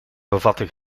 bevatten